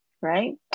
right